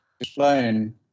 explain